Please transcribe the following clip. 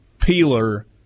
Peeler